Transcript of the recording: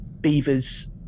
beavers